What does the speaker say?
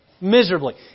Miserably